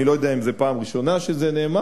אני לא יודע אם זה פעם ראשונה שזה נאמר,